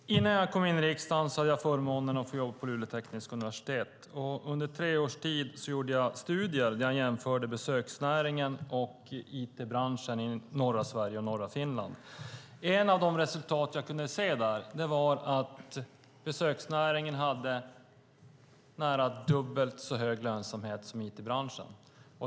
Herr talman! Innan jag kom in i riksdagen hade jag förmånen att jobba på Luleå tekniska universitet. Under tre års tid gjorde jag studier där jag jämförde besöksnäringen och it-branschen i norra Sverige och i norra Finland. Ett av de resultat jag kunde se var att besöksnäringen hade nära dubbelt så stor lönsamhet som it-branschen.